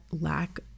lack